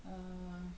uh